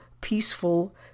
peaceful